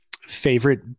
favorite